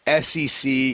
SEC